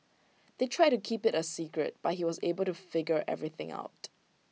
they tried to keep IT A secret but he was able to figure everything out